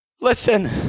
listen